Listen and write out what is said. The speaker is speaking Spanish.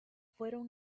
fueron